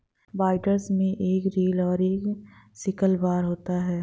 binders में एक reel और एक सिकल बार होता है